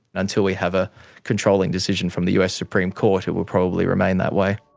until we have a controlling decision from the us supreme court it will probably remain that way.